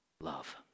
love